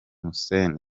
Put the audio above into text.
hussein